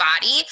body